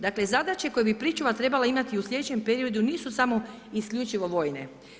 Dakle zadaća koju bi pričuva trebala imati u sljedećem periodu nisu samo isključivo vojne.